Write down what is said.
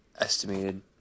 estimated